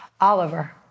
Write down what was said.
Oliver